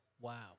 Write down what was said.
Wow